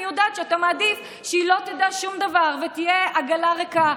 אני יודעת שאתה מעדיף שהיא לא תדע שום דבר ותהיה עגלה ריקה.